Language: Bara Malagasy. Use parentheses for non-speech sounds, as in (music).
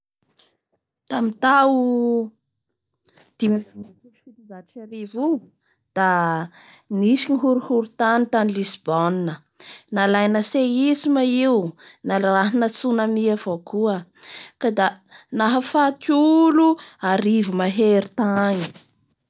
Tamin'ny voalohan'ny volana novambra taona dimy ambin'ny dimampolo sy fitonjato sy arivo nisy ny horohorotany tany Li-Lisbonne. La nisy avao koa ny seisme aa, narahin'ny tsounami ela i moa zay niteraky faty olo (hesitation) teo amin'ny arivo mahery teo.